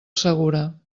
segura